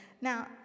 Now